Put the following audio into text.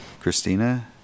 Christina